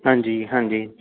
ਹਾਂਜੀ ਹਾਂਜੀ